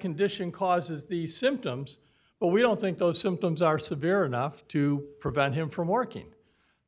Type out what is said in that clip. condition causes the symptoms but we don't think those symptoms are severe enough to prevent him from working